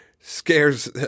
scares